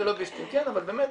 כן, אבל באמת,